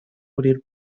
abrir